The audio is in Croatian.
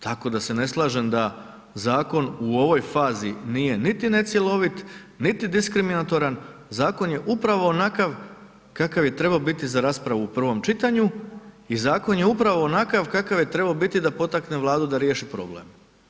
Tako da se ne slažem da u ovoj fazi nije niti necjelovit niti diskriminatoran, zakon ne upravo onakav kakav je trebao biti za raspravu u prvom čitanju i zakon je upravo onakav kakav je trebao biti da potakne Vladu da riješi problem.